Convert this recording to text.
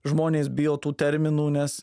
žmonės bijo tų terminų nes